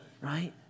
Right